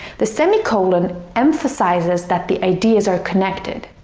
the semicolon emphasises that the ideas are connected.